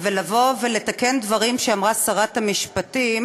ולבוא ולתקן דברים שאמרה שרת המשפטים